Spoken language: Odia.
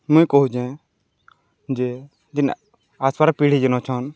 ମୁଇଁ କହୁଚେଁ ଯେ ଯେନ୍ ଆସ୍ବାର୍ ପିଢ଼ି ଯେନ୍ ଅଛନ୍